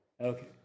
Okay